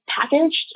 packaged